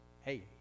hey